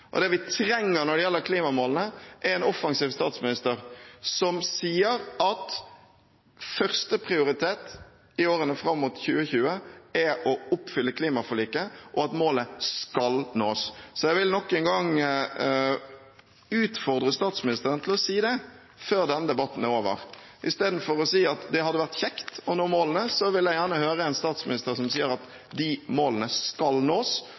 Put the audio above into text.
Det vi trenger når det gjelder klimamålene, er en offensiv statsminister som sier at førsteprioritet i årene fram mot 2020 er å oppfylle klimaforliket, og at målet skal nås. Jeg vil nok en gang utfordre statsministeren til å si det, før denne debatten er over, istedenfor å si at det hadde vært kjekt å nå målene – jeg vil gjerne høre en statsminister som sier at de målene skal nås,